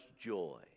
joy